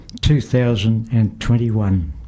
2021